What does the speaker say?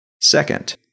Second